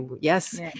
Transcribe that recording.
yes